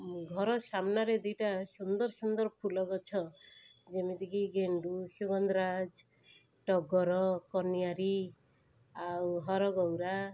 ଉଁ ଘରସାମ୍ନାରେ ଦୁଇଟା ସୁନ୍ଦରସୁନ୍ଦର ଫୁଲଗଛ ଯେମିତିକି ଗେଣ୍ଡୁ ସୁଗନ୍ଧରାଜ ଟଗର କନିଆରି ଆଉ ହରଗୌରା